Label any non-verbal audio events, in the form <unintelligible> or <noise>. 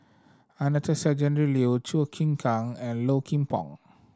Anastasia Tjendri Liew <unintelligible> Chim Kang and Low Kim Pong